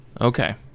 okay